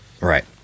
Right